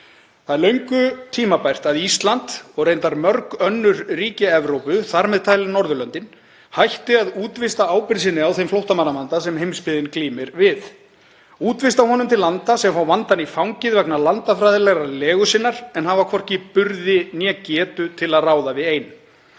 Það er löngu tímabært að Ísland, og reyndar mörg önnur ríki Evrópu, þar með talin Norðurlöndin, hætti að útvista ábyrgð sinni á þeim flóttamannavanda sem heimsbyggðin glímir við, útvista honum til landa sem fá vandann í fangið vegna landfræðilegrar legu sinnar en hafa hvorki burði né getu til að ráða við ein.